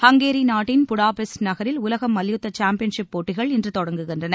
Hungary நாட்டின் Budapest நகரில் உலக மல்யுத்த சாம்பியன்ஷிப் போட்டிகள் இன்று தொடங்குகின்றன